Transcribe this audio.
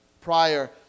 Prior